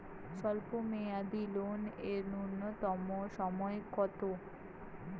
স্বল্প মেয়াদী লোন এর নূন্যতম সময় কতো?